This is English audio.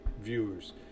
viewers